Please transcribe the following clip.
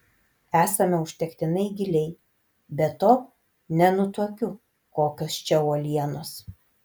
esame užtektinai giliai be to nenutuokiu kokios čia uolienos